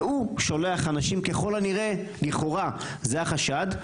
והוא שולח אנשים ככל הנראה, לכאורה, זה החשד,